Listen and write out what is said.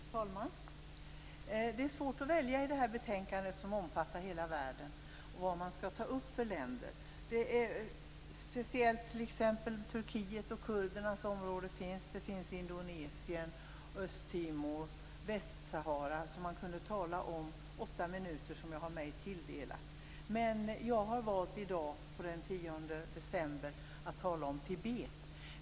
Herr talman! Det är svårt att välja i det här betänkandet som omfattar hela världen vad man skall ta upp för länder. Turkiet, kurdernas område, Indonesien, Östtimor, Västsahara kunde jag tala om under de åtta minuter som jag har mig tilldelade. Jag har valt i dag den 10 december att tala om Tibet.